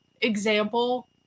example